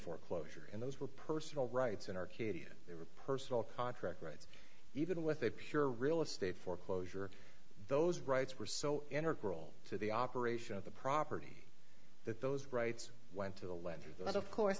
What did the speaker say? foreclosure and those were personal rights in arcadia their personal contract rights even with a pure real estate foreclosure those rights were so enter grohl to the operation of the property that those rights went to the lender that of course